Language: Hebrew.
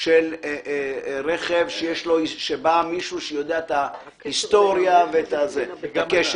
של רכב, שבא מישהו שיודע את ההיסטוריה ואת הקשר.